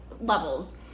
levels